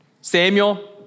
Samuel